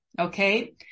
Okay